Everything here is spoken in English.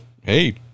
hey